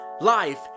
life